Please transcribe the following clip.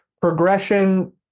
progression